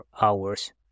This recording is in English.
hours